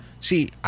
See